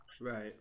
right